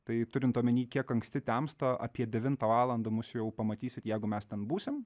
tai turint omeny kiek anksti temsta apie devintą valandą mus jau pamatysit jeigu mes ten būsim